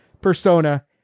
persona